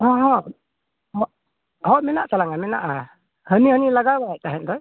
ᱦᱮᱸ ᱦᱮᱸ ᱦᱮᱸ ᱢᱮᱱᱟᱜ ᱛᱟᱞᱟᱝ ᱟ ᱢᱮᱱᱟᱜᱼᱟ ᱦᱟᱹᱱᱤ ᱦᱟᱹᱱᱤ ᱞᱟᱜᱟᱣ ᱵᱟᱲᱟᱭᱮᱫ ᱛᱟᱦᱮᱱ ᱫᱚᱭ